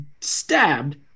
stabbed